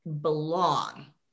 belong